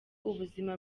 ubuzima